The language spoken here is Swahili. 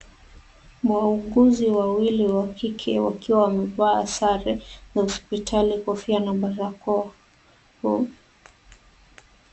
Wauguzi wawili wa kike wakiwa wamevaa sare za hospitali, kofia na barakoa.